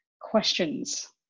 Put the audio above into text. questions